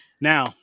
Now